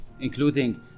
including